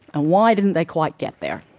why didn't they quite get there?